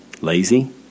lazy